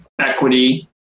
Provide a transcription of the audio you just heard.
equity